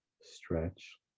stretch